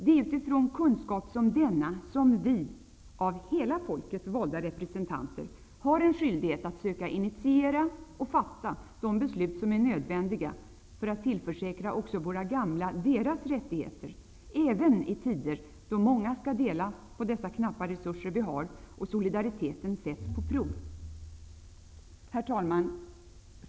Det är ifrån kunskap som denna som vi, av hela folket valda representanter, har en skyldighet att söka initiera och fatta de beslut som är nödvändiga för att tillförsäkra också våra gamla deras rättigheter, även i tider då många skall dela på de knappa resurser vi har och då solidariteten sätts på prov. Herr talman!